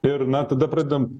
ir na tada pradedam